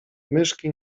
myszki